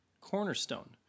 cornerstone